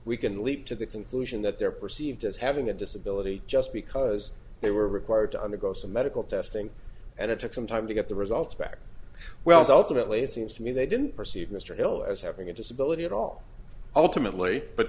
we can leap to the conclusion that they're perceived as having a disability just because they were required to undergo some medical testing and it took some time to get the results back well as ultimately it seems to me they didn't perceive mr hill as having a disability at all ultimately but